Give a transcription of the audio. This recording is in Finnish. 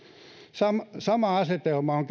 sama sama asetelma on